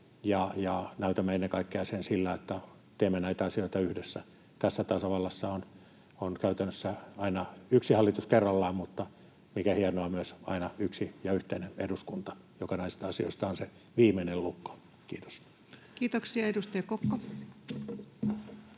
ja näytämme ennen kaikkea sen sillä, että teemme näitä asioita yhdessä. Tässä tasavallassa on käytännössä aina yksi hallitus kerrallaan, mutta mikä hienoa, myös aina yksi ja yhteinen eduskunta, joka näissä asioissa on se viimeinen lukko. — Kiitos. Kiitoksia. — Edustaja Kokko.